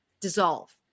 dissolve